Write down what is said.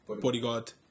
Bodyguard